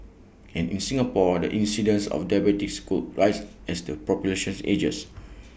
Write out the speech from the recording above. and in Singapore the incidence of diabetes could rise as the population ages